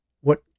What